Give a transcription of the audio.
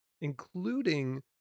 including